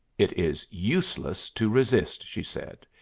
it is useless to resist, she said.